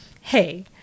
Hey